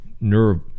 nerve